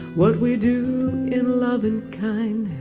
what we do in love and kind of